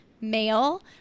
male